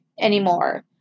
anymore